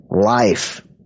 life